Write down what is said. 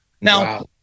Now